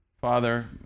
Father